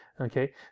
Okay